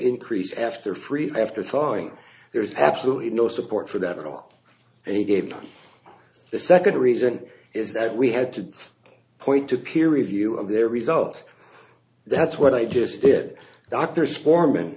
increase after free after thawing there is absolutely no support for that at all and he gave the second reason is that we had to point to peer review of their result that's what i just did doctors for